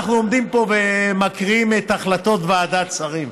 אנחנו עומדים פה ומקריאים את החלטות ועדת שרים.